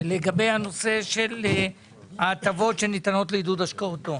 לגבי ההטבות שניתנות לעידוד השקעות הון.